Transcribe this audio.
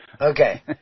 Okay